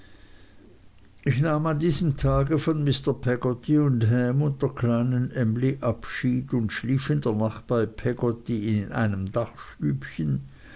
ich nahm an diesem tage von mr peggotty und ham und der kleinen emly abschied und schlief in der nacht bei peggotty in einem